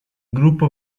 gruppo